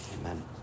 Amen